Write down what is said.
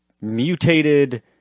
mutated